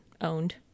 owned